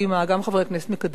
גם חברי הכנסת מקדימה,